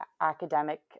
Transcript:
academic